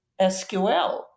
SQL